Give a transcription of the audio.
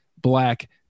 Black